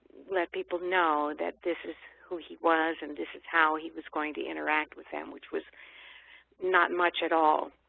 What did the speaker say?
let people know that this is who he was and this is how he was going to interact with them, which was not much at all.